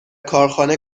کارخانه